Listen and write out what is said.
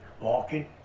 walking